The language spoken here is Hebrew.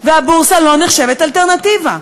והבורסה לא נחשבת אלטרנטיבה.